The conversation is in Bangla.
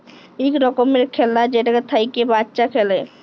ইক রকমের খেল্লা যেটা থ্যাইকে বাচ্চা খেলে